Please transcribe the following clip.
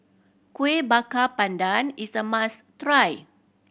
Kuih Bakar Pandan is a must try